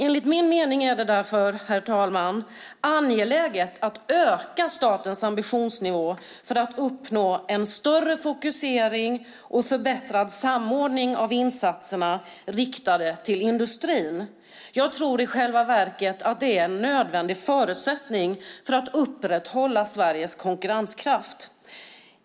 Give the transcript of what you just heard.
Enligt min mening är det därför, herr talman, angeläget att öka statens ambitionsnivå för att uppnå en större fokusering och förbättrad samordning av insatserna riktade till industrin. Jag tror att det i själva verket är en nödvändig förutsättning för att upprätthålla Sveriges konkurrenskraft.